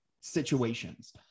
situations